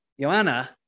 joanna